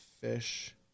fish